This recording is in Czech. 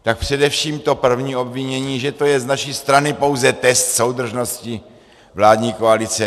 Tak především to první obvinění, že to je z naší strany pouze test soudržnosti vládní koalice.